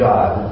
God